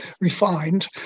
refined